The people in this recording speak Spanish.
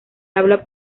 habla